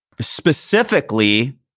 specifically